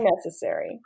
necessary